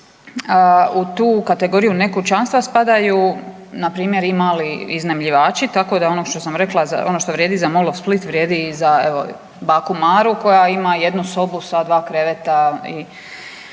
U tu kategoriju nekućanstva spadaju npr. i mali iznajmljivači tako da ono što sam rekla ono što vrijedi za Mol-ov Split, vrijedi i za evo baku Maru koja ima jednu sobu sa dva kreveta i